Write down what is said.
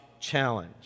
challenge